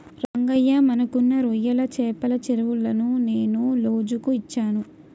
రంగయ్య మనకున్న రొయ్యల చెపల చెరువులను నేను లోజుకు ఇచ్చాను